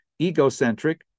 egocentric